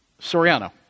Soriano